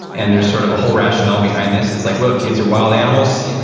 and there's sort of a whole rationale behind this. it's like, look kids are wild animals.